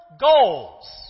goals